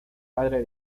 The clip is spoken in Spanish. padre